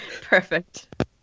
Perfect